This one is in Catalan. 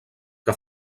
que